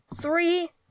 Three